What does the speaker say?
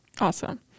awesome